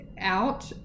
out